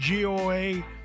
GOA